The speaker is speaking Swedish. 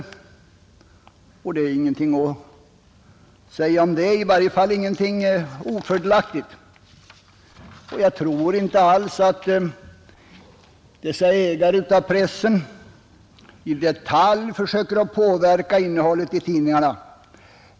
Det är ingenting att säga om det — i varje fall ingenting ofördelaktigt. Jag tror inte alls att ägarna av pressen söker i detalj påverka innehållet i tidningarna.